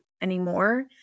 anymore